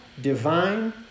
divine